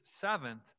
seventh